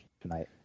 tonight